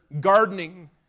gardening